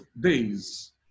days